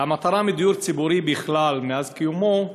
המטרה בדיור ציבורי בכלל, מאז קיומו,